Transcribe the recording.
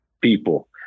people